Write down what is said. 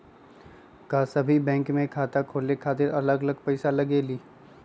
का सभी बैंक में खाता खोले खातीर अलग अलग पैसा लगेलि?